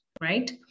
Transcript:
right